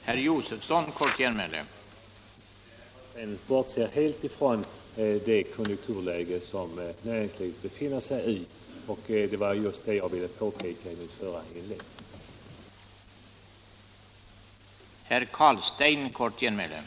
Herr talman! Herr Carlstein bortser helt ifrån det konjunkturläge som näringslivet befinner sig i. Det var just det jag ville påpeka i mitt förra inlägg.